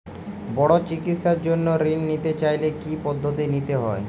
বড় চিকিৎসার জন্য ঋণ নিতে চাইলে কী কী পদ্ধতি নিতে হয়?